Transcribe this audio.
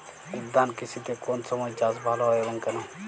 উদ্যান কৃষিতে কোন সময় চাষ ভালো হয় এবং কেনো?